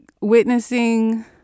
witnessing